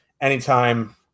anytime